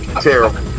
Terrible